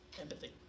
empathy